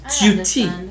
duty